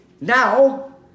Now